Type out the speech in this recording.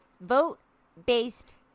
vote-based